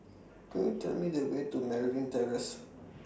Could YOU Tell Me The Way to Merryn Terrace